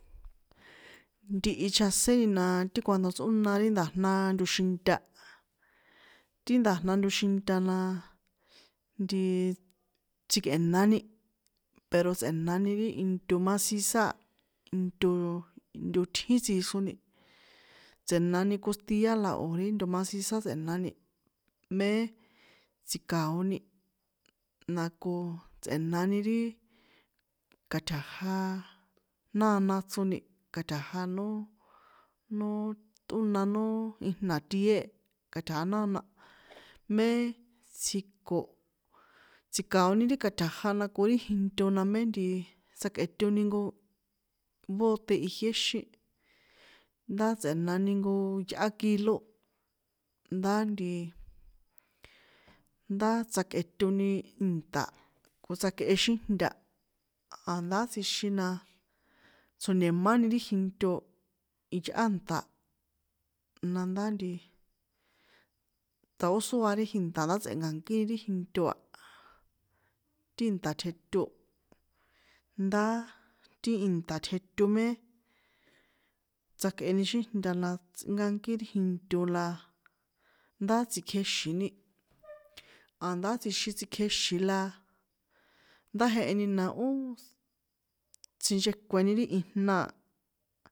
Ntihi chjasiséni na ti cuando tsꞌóna ri nda̱jnaaa nto xinta, ti nda̱jna nto xinta la, ntiii, tsikꞌe̱nani pero tsꞌe̱nani ri into macisa a into nto tjin tsixroni, tse̱nani costia na o̱ ri nto macisá tsꞌenani, mée tsi̱ka̱oni, na ko tsꞌe̱nani ri, ka̱tja̱ja nána chroni, katja̱ja nój no ṭꞌóna nó ijna tié, ka̱tja̱ja náná mé tsjiko, tsi̱ka̱oni ri ka̱tja̱ja na ko ri jinto namé ntii, tsjakꞌetoni nko, bóte ijiéxín, ndá tsꞌe̱nani nko yꞌá kilo, ndá ntiii, ndá tsjakꞌetoni ìnṭa̱ ko tsjakꞌe xíjnta, a̱ndá tsjixin na, tso̱ni̱máni ri jinto, iyꞌá nṭa̱, nandá ntiii, ta̱ ó sóa ri jinṭa̱ ndá tsꞌenka̱nkíni ri jinto a, ti nṭa̱ tjeto, ndáa, ti ìnṭa̱ tjeto mé tsakꞌeni xíjnta la tsꞌinkankí ri jinto la, ndá tsikjèxini, a̱ndá tsjixin tsikjèxin la, ndá jeheni na ó, sinchekueni ri ijna a.